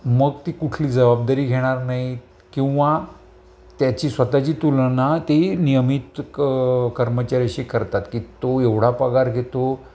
मग ती कुठली जबाबदारी घेणार नाहीत किंवा त्याची स्वतःची तुलना ती नियमित क कर्मचाऱ्याशी करतो की तो एवढा पगार घेतो